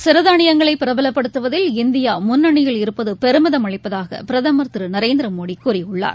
சிறு தானியங்களை பிரபலப்படுத்துவதில் இந்தியா முன்னனியில் இருப்பது பெருமிதம் அளிப்பதாக பிரதமர் திரு நரேந்திர மோடி கூறியுள்ளார்